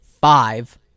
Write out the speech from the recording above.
five